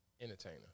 entertainer